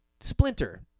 Splinter